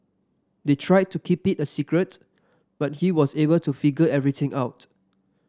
they tried to keep it a secret but he was able to figure everything out